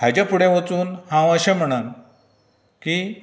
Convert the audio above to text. हाच्या फुडें वचून हांव अशें म्हणन की